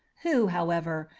who, however,